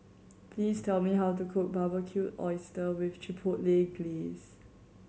please tell me how to cook Barbecued Oyster with Chipotle Glaze